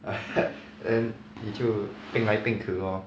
and 你就 peng 来 peng ki lor